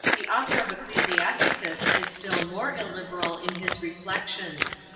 the author of ecclesiasticus is still more illiberal in his reflections.